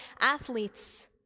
athletes